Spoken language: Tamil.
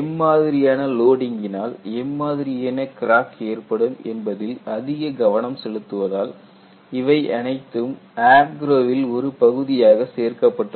எம்மாதிரியான லோடிங் கினால் எம்மாதிரியான கிராக் ஏற்படும் என்பதில் அதிக கவனம் செலுத்துவதால் இவை அனைத்தும் AFGROW வில் ஒரு பகுதியாக சேர்க்கப்பட்டுள்ளது